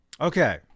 Okay